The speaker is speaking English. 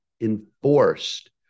enforced